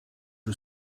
you